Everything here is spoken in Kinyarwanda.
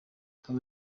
nkaba